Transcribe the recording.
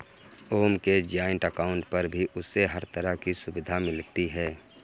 ओम के joint account पर भी उसे हर तरह की सुविधा मिलती है